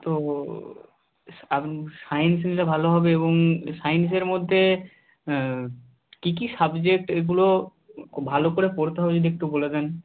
তো সায়েন্স নিলে ভালো হবে এবং সায়েন্সের মধ্যে কী কী সাবজেক্ট এগুলো ভালো করে পড়তে হবে যদি একটু বলে দেন